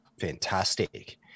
fantastic